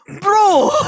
Bro